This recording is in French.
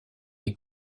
les